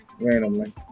randomly